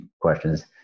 questions